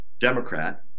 Democrat